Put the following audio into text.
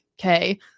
Okay